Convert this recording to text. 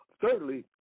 thirdly